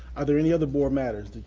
are there any other board matters?